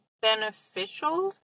beneficial